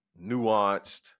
nuanced